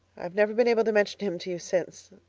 i've never been able to mention him to you since,